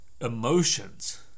emotions